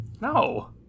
No